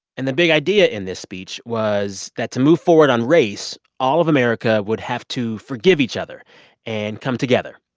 and the big idea in this speech was that, to move forward on race, all of america would have to forgive each other and come together.